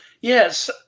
Yes